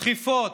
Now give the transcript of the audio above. דחיפות,